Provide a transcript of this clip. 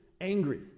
angry